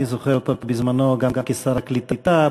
אני זוכר אותה בזמנו גם כשר הקליטה,